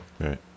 Right